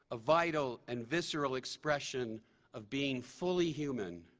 a vital and visceral expression of being fully human.